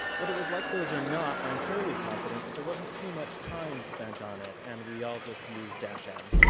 whether it was like those or not, i'm fairly confident that there wasn't to much time spent on it and we all just used ah so m.